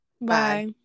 Bye